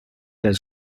has